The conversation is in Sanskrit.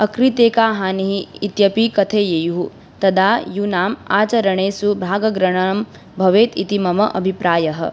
अकृते का हानिः इत्यपि कथयेयुः तदा यूनाम् आचरणेषु भागग्रहणं भवेत् इति मम अभिप्रायः